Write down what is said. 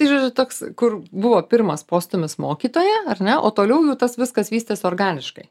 tai žodžiu toks kur buvo pirmas postūmis mokytoja ar ne o toliau jau tas viskas vystėsi organiškai